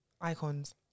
Icons